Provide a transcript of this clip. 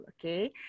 okay